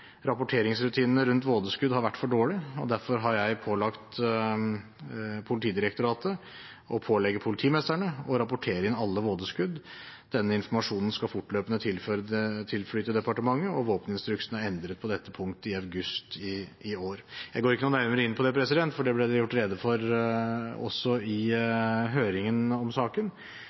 Rapporteringsrutinene rundt vådeskudd har vært for dårlige, og derfor har jeg pålagt Politidirektoratet å pålegge politimestrene å rapportere inn alle vådeskudd. Denne informasjonen skal fortløpende tilflyte departementet, og våpeninstruksen ble endret på dette punkt i august i år. Jeg går ikke noe nærmere inn på det, for det ble det gjort rede for også i